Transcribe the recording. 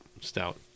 stout